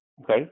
Okay